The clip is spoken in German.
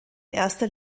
erster